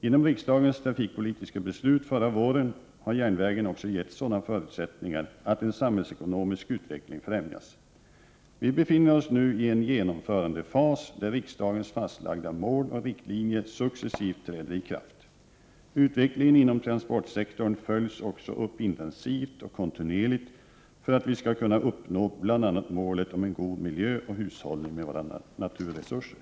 Genom riksdagens trafikpolitiska beslut förra våren har järnvägen också getts sådana förutsättningar att en samhällsekonomisk utveckling främjas. Vi befinner oss nu i en genomförandefas där riksdagens fastlagda mål och riktlinjer successivt träder i kraft. Utvecklingen inom transportsektorn följs också upp intensivt och kontinuerligt för att vi skall kunna uppnå bl.a. målet om en god miljö och hushållning med våra naturresurser.